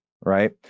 right